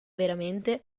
veramente